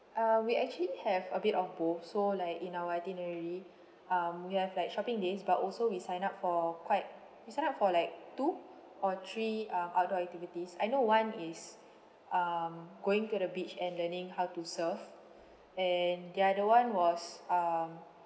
um we actually have a bit of both so like in our itinerary um we have like shopping days but also we signed up for quite we signed up for like two or three um outdoor activities I know one is um going to the beach and learning how to surf and the other one was um